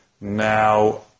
Now